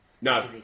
No